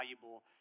valuable